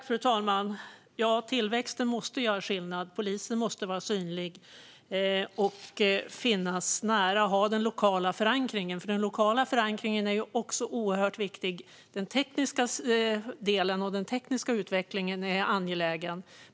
Fru talman! Ja, tillväxten måste göra skillnad. Polisen måste vara synlig, finnas nära och ha den lokala förankringen. Den lokala förankringen är oerhört viktig. Den tekniska delen och den tekniska utvecklingen är angelägen.